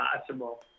possible